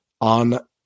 on